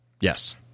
Yes